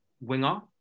winger